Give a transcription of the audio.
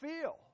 feel